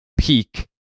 Peak